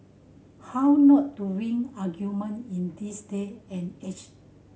how not to win argument in this day and age